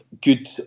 good